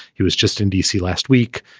he was just in d c. last week.